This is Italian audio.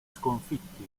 sconfitti